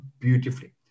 beautifully